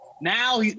Now